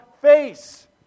face